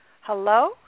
Hello